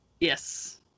yes